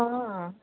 অ